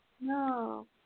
no